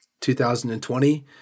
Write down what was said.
2020